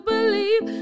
believe